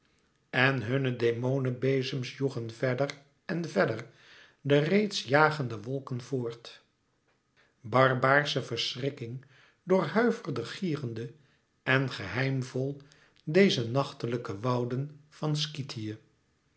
en hunne demone bezems joegen verder en verder de reeds jagende wolken voort barbaarsche verschrikking doorhuiverde gierende en geheimvol deze nachtelijke wouden van skythië